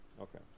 Okay